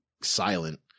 silent